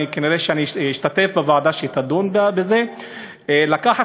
וכנראה אני אשתתף בדיון בזה בוועדה,